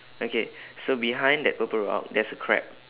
okay so behind that purple rock there's a crab